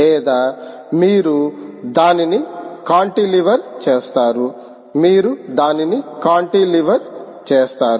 లేదా మీరు దానిని కాంటిలివర్ చేస్తారా మీరు దానిని కాంటిలివర్ చేస్తారా